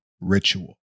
ritual